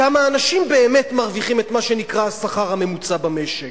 כמה אנשים באמת מרוויחים את מה שנקרא השכר הממוצע במשק.